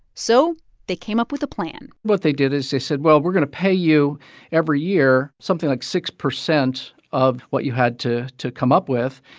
so they came up with a plan what they did is they said, well, we're going to pay you every year something like six percent of what you had to to come up with.